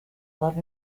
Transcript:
love